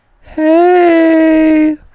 Hey